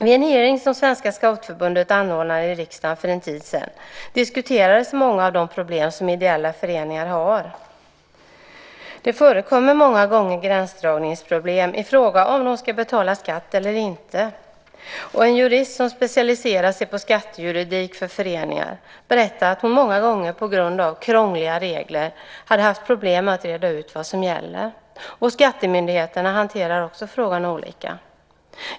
Vid en hearing som Svenska scoutförbundet anordnade i riksdagen för en tid sedan diskuterades många av de problem som ideella föreningar har. Det förekommer många gånger gränsdragningsproblem i fråga om de ska betala skatt eller inte. En jurist som specialiserat sig på skattejuridik för föreningar berättar att hon många gånger på grund av krångliga regler haft problem med att reda ut vad som gäller. Skattemyndigheterna hanterar också frågan olika.